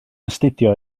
astudio